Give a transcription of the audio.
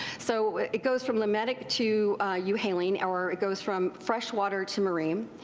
so it goes from limetic to euhaline, or it goes from fresh water to marine.